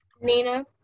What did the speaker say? nina